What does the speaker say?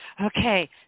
Okay